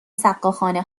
سقاخانه